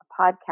Podcast